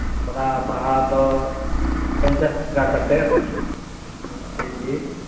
ᱚᱱᱟ ᱵᱟᱦᱟᱫᱚ ᱯᱚᱧᱪᱟᱥ ᱴᱟᱠᱟ ᱠᱟᱛᱮᱫ ᱢᱤᱫᱴᱮᱱ ᱜᱮ